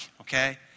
okay